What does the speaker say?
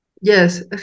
yes